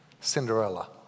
Cinderella